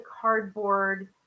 cardboard